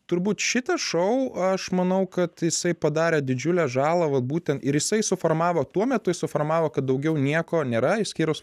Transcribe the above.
turbūt šitą šou aš manau kad jisai padarė didžiulę žalą va būtent ir jisai suformavo tuo metu jis suformavo kad daugiau nieko nėra išskyrus